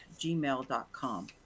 gmail.com